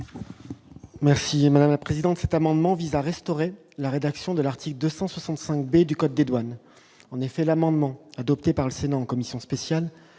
Merci madame la présidente,